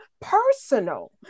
personal